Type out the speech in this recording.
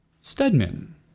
Stedman